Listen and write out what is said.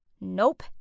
nope